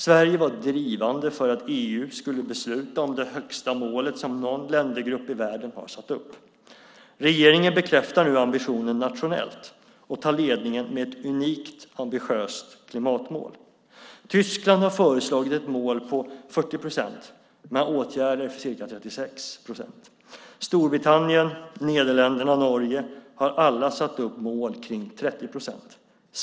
Sverige var drivande för att EU skulle besluta om det högsta målet som någon ländergrupp i världen har satt upp. Regeringen bekräftar nu ambitionen nationellt och tar ledningen med ett unikt ambitiöst klimatmål. Tyskland har föreslagit ett mål på 40 procent men har åtgärder för ca 36 procent. Storbritannien, Nederländerna och Norge har alla satt upp mål kring 30 procent.